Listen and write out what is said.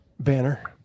banner